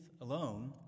alone